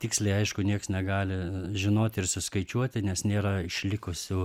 tiksliai aišku nieks negali žinoti ir suskaičiuoti nes nėra išlikusių